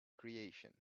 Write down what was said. creation